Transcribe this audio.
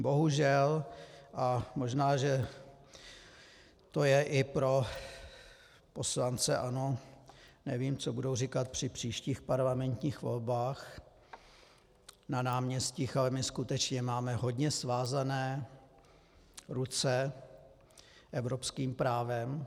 Bohužel, a možná že to je i pro poslance ANO, nevím, co budou říkat při příštích parlamentních volbách na náměstích, ale my skutečně máme hodně svázané ruce evropským právem.